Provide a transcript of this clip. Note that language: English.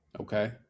Okay